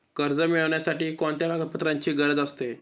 कर्ज मिळविण्यासाठी कोणत्या कागदपत्रांची गरज असते?